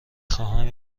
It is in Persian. خواهم